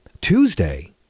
Tuesday